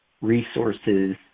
resources